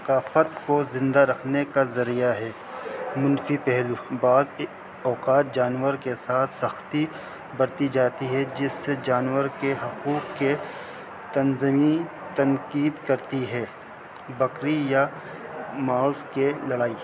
ثافت کو زندہ رکھنے کا ذریعہ ہے منفی پہلو بعض اوقات جانور کے ساتھ سختی برتی جاتی ہے جس سے جانور کے حقوق کے تنظمییں تنقید کرتی ہے بکری یا ماؤس کے لڑائی